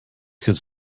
could